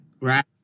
Right